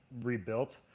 rebuilt